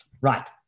Right